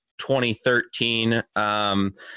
2013